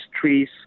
trees